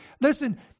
listen